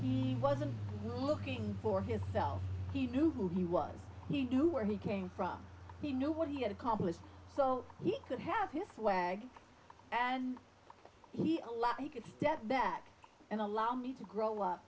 it wasn't looking for his self he knew who he was he knew where he came from he knew what he had accomplished so he could have his flag and he a lot he could step back and allow me to grow up